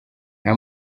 nta